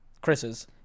Chris's